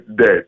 dead